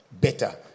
better